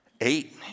Eight